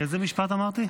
איזה משפט אמרתי?